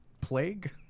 plague